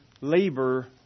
labor